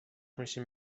میشیم